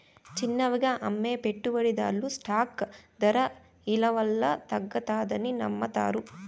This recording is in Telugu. చిన్నవిగా అమ్మే పెట్టుబడిదార్లు స్టాక్ దర ఇలవల్ల తగ్గతాదని నమ్మతారు